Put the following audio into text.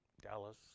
Dallas